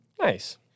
Nice